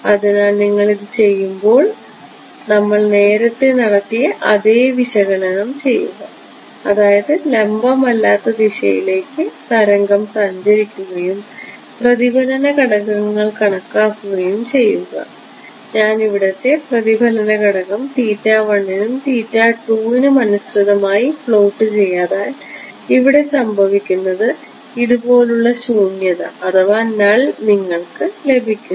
അതിനാൽ നിങ്ങൾ ഇത് ചെയ്യുമ്പോൾ ഓൾ നമ്മൾ നേരത്തെ നടത്തിയ അതേ വിശകലനം ചെയ്യുക അതായത് ലംബം അല്ലാത്ത ദിശയിലേക്ക് തരംഗം സഞ്ചരിക്കുകയും പ്രതിഫലന ഘടകങ്ങൾ കണക്കാക്കുകയും ചെയ്യുക ഞാൻ ഇവിടത്തെ പ്രതിഫലന ഘടകം നും നും അനുസൃതമായി പ്ലോട്ട് ചെയ്താൽ ഇവിടെ സംഭവിക്കുന്നത് ഇതുപോലുള്ള ശൂന്യത നിങ്ങൾക്ക് ലഭിക്കുന്നു